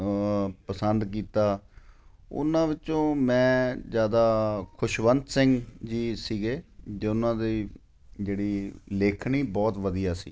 ਪਸੰਦ ਕੀਤਾ ਉਹਨਾਂ ਵਿੱਚੋਂ ਮੈਂ ਜ਼ਿਆਦਾ ਖੁਸ਼ਵੰਤ ਸਿੰਘ ਜੀ ਸੀਗੇ ਜਿਹਨਾਂ ਦੀ ਜਿਹੜੀ ਲਿਖਣੀ ਬਹੁਤ ਵਧੀਆ ਸੀ